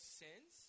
sins